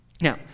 Now